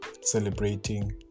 celebrating